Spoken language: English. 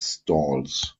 stalls